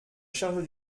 charge